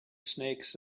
snakes